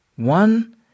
One